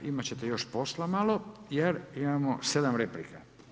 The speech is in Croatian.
Imati ćete još posla malo, jer imamo 7 replika.